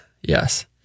Yes